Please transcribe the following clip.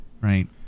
right